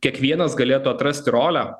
kiekvienas galėtų atrasti rolę